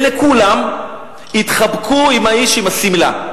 אלה כולם התחבקו עם האיש עם השמלה.